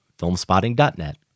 filmspotting.net